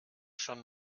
schon